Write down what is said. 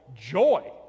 joy